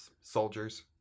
soldiers